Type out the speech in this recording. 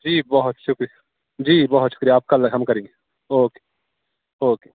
جی بہت شکریہ جی بہت شکریہ آپ کل ہم کریں اوکے اوکے